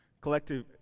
Collective